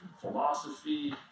Philosophy